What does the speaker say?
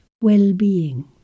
well-being